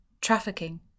trafficking